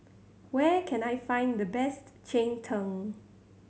where can I find the best cheng tng